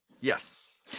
Yes